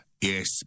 Yes